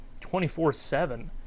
24-7